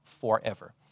forever